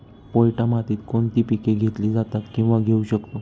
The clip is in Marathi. पोयटा मातीत कोणती पिके घेतली जातात, किंवा घेऊ शकतो?